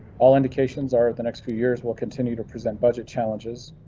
all indications are the next few years will continue to present budget challenges,